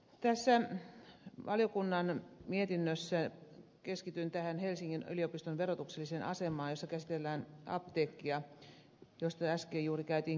tässä valiokunnan mietinnössä keskityn tähän helsingin yliopiston verotukselliseen asemaan joka koskee apteekkia josta äsken juuri käytiin keskustelua